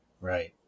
Right